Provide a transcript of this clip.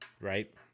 right